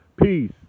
Peace